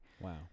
Wow